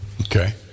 Okay